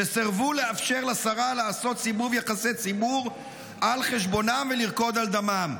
שסירבו לאפשר לשרה לעשות סיבוב יחסי ציבור על חשבונם ולרקוד על דמם?